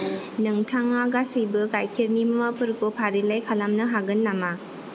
नोंथाङा गासैबो गाइखेरनि मुवाफोरखौ फारिलाइ खालामनो हागोन नामा